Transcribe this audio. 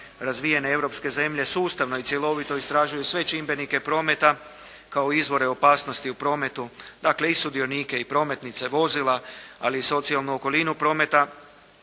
razvijene europske zemlje sustavno i cjelovito istražuju sve čimbenike prometa kao izvore opasnosti u prometu, dakle i sudionike, i prometnice, vozila, ali i socijalnu okolinu prometa